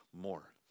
more